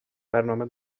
برنامه